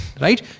Right